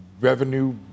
revenue